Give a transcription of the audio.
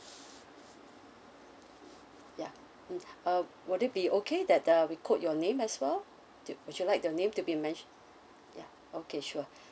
ya mm uh would it be okay that uh we quote your name as well to would you like your name to be mentio~ ya okay sure